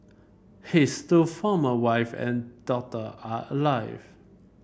his two former wife and daughter are alive